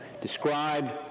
described